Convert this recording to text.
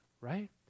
right